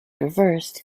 reversed